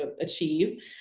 achieve